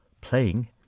playing